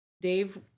Dave